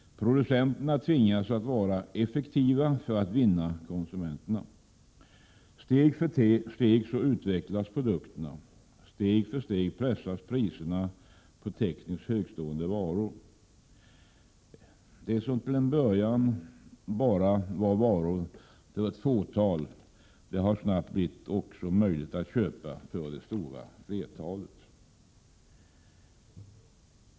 Producenterna tvingas att vara effektiva för att vinna konsumenterna. Steg för steg utvecklas produkterna. Steg för steg pressas priserna på tekniskt högtstående varor. Varor som till en början bara var överkomliga för ett fåtal har snabbt blivit möjliga att köpa för det stora flertalet.